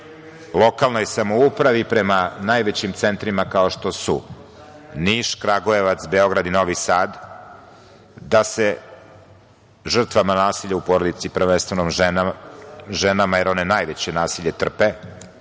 lokalnoj samoupravi, prema najvećim centrima kao što su – Niš, Kragujevac, Beograd i Novi Sad da se žrtvama nasilja u porodici, prvenstveno ženama, jer one najveće nasilje trpe,